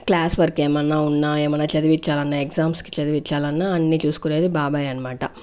class work ఏమన్నా ఉన్న ఏమన్నా చదివించాలన్న ఎగ్జామ్స్ కి చదివించాలన్న అన్ని చూసుకునేది బాబాయే అన్మాట